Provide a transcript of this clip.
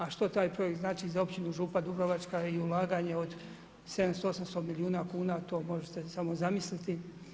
A što taj projekt znači za općinu Župa Dubrovačka i ulaganja od 700-800 milijuna kuna, to možete i samo zamisliti.